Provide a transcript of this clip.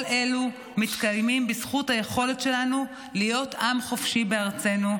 כל אלו מתקיימים בזכות היכולת שלנו להיות עם חופשי בארצנו,